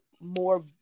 more